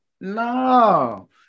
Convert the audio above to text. No